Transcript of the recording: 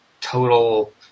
total